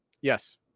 Yes